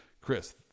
chris